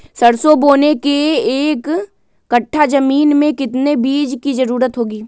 सरसो बोने के एक कट्ठा जमीन में कितने बीज की जरूरत होंगी?